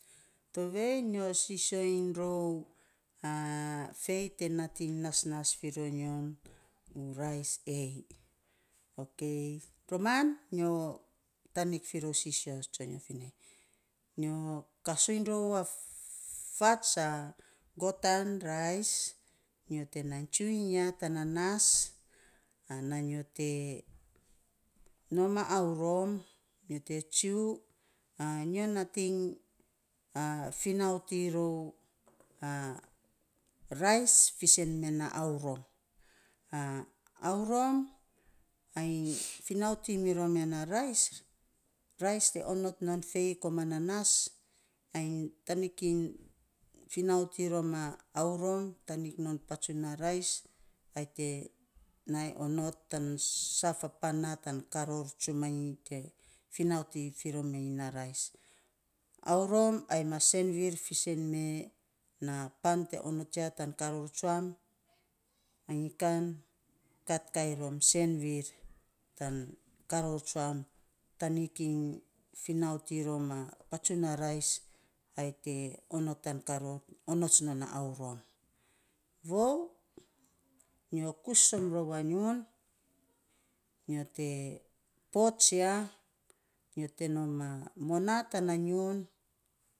Tovei nyo sisio iny rou, fei te nasnas fi ro nyon u ras a. Ok roman nyo tanik fi rou sisio tsonyo finei, nyo kasun rou a fats a gotan rais nyo te namy tsu iny ya tana nas ana nyo te nom aurom, nyo te tsu, nyo nating a finaut iny rou a rais fisen me na aurom. a aurom ainy finaut iny mi rom ya na rais, rais te onot non fei komana nas ainy tanik iny finaut iny rom a aurom tanik non patsu na rais ai te nainy onot tan sav a pan na tan karor tsumani te finaut iny fi roma nyi na rais. Aurom ai mas senvir fisen me na pan te onots ya na karor tsuam anyi kan kat kainy rom senvir tan karor tsuam tanik iny finaut iny rom a patsun na rais ai te onot tan karor onots non a aurom. Vou nyo kus tsokm rou a ngiun nyo te pots ya nyo te nom a mona tana ngium.